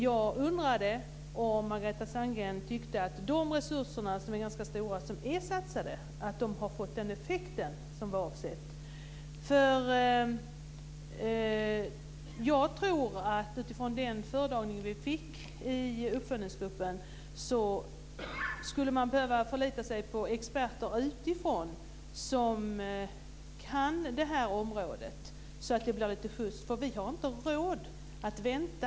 Jag undrade om Margareta Sandgren tyckte att de ganska stora IT-resurser som är satsade har fått den avsedda effekten. Utifrån den föredragning vi fick i uppföljningsgruppen tror jag att man skulle behöva förlita sig på experter utifrån, som kan detta område. Då kan det bli lite skjuts. Vi har nämligen inte råd att vänta.